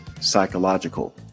psychological